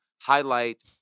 highlight